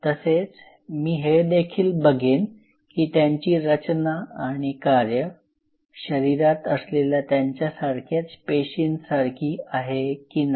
तसेच मी हे देखील बघेन की त्यांची रचना आणि कार्य शरीरात असलेल्या त्यांच्या सारख्याच पेशींसारखी आहे की नाही